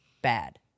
bad